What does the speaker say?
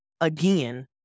again